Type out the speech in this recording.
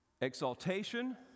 Exaltation